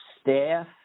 staff